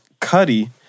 Cuddy